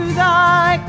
Thy